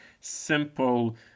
simple